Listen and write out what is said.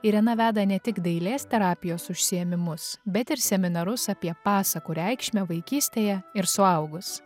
irena veda ne tik dailės terapijos užsiėmimus bet ir seminarus apie pasakų reikšmę vaikystėje ir suaugus